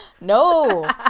no